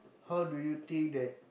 how do you think that